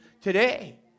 today